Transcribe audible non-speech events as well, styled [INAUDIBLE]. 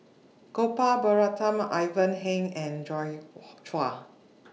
Gopal Baratham Ivan Heng and Joi [NOISE] Chua